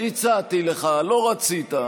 הצעתי לך, לא רצית.